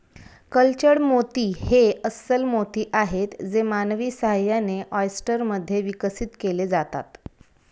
cultured मोती हे अस्स्ल मोती आहेत जे मानवी सहाय्याने, ऑयस्टर मध्ये विकसित केले जातात